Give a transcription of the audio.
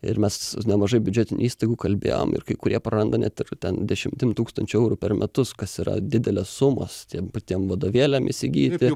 ir mes su nemažai biudžetinių įstaigų kalbėjom ir kai kurie praranda net ir ten dešimtim tūkstančių eurų per metus kas yra didelės sumos tiem patiem vadovėliam įsigyti